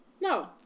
No